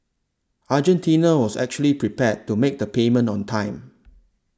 Argentina was actually prepared to make the payment on time